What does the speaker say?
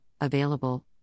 available